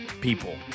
people